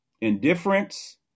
Indifference